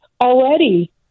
already